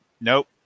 nope